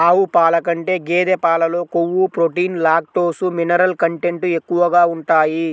ఆవు పాల కంటే గేదె పాలలో కొవ్వు, ప్రోటీన్, లాక్టోస్, మినరల్ కంటెంట్ ఎక్కువగా ఉంటాయి